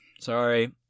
Sorry